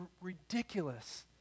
ridiculous